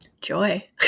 Joy